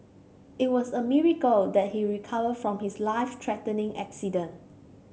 it was a miracle that he recovered from his life threatening accident